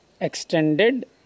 Extended